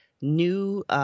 new